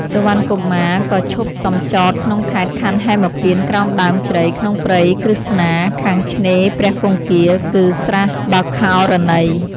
សុវណ្ណកុមារក៏ឈប់សំចតក្នុងខេត្តខណ្ឌហេមពាន្តក្រោមដើមជ្រៃក្នុងព្រៃក្រឹស្នា ខាងឆ្នេរព្រះគង្គារ គឺស្រះបោក្ខរណី។